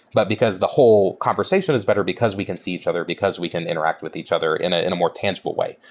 but because the whole conversation is better because we can see each other, because we can interact with each other in ah in a more tangible way,